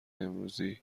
امروزی